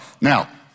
Now